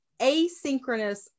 asynchronous